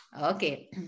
okay